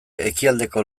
ekialdeko